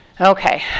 Okay